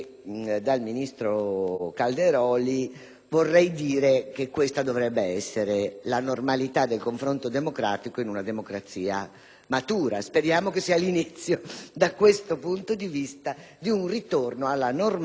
vorrei dire che questa dovrebbe essere la normalità del confronto democratico in una democrazia matura; speriamo che questo sia l'inizio di un ritorno alla normalità del confronto democratico.